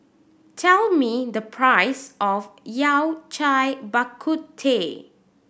tell me the price of Yao Cai Bak Kut Teh